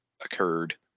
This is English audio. occurred